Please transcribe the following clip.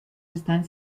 están